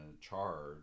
charge